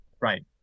Right